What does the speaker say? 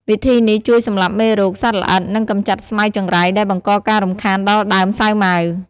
វិធីនេះជួយសម្លាប់មេរោគ សត្វល្អិត និងកម្ចាត់ស្មៅចង្រៃដែលបង្កការរំខានដល់ដើមសាវម៉ាវ។